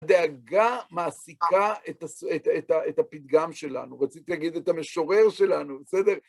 הדאגה מעסיקה את הפתגם שלנו, רציתי להגיד את המשורר שלנו, בסדר?